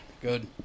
Good